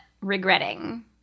regretting